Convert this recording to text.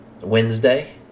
Wednesday